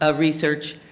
ah research,